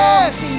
Yes